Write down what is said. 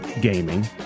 gaming